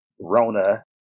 Rona